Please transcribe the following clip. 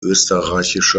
österreichische